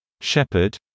shepherd